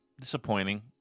Disappointing